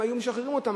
היו משחררים אותם,